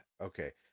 Okay